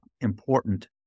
important